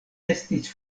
restis